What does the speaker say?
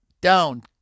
down